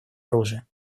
оружия